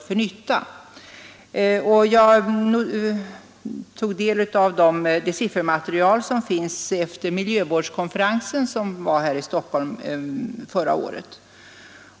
Jag tog därvid del av det siffermaterial som förelåg efter FN:s miljövårdskonferens här i Stockholm förra året.